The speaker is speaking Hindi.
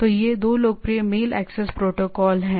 तो ये 2 लोकप्रिय मेल एक्सेस प्रोटोकॉल हैं